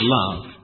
love